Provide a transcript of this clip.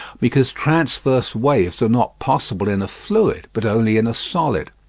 because transverse waves are not possible in a fluid, but only in a solid.